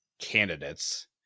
candidates